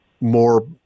more